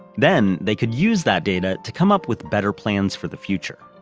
then, they could use that data to come up with better plans for the future.